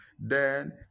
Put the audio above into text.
Then